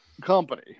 company